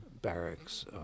barracks